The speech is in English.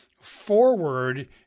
forward